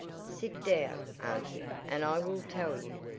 sit down, auntie, and i will tell you.